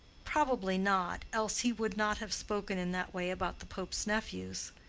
probably not, else he would not have spoken in that way about the pope's nephews.